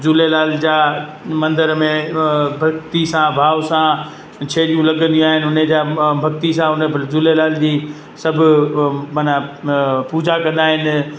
झूलेलाल जा मंदर में भक्ती सां भाव सां छेॼियूं लॻंदियूं आहिनि उन जा भक्ती सां उन पर झूलेलाल जी सभु माना पूजा कंदा आहिनि